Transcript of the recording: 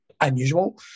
unusual